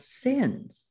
sins